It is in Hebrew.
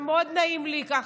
מאוד נעים לי ככה,